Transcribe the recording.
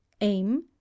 aim